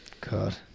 God